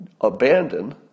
abandon